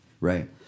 right